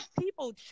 People